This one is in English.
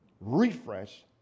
refresh